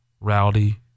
Rowdy